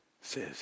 Says